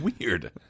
Weird